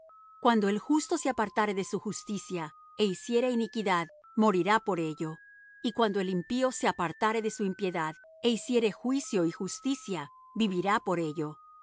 cuando el justo se apartare de su justicia é hiciere iniquidad morirá por ello y cuando el impío se apartare de su impiedad é hiciere juicio y justicia vivirá por ello